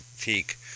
peak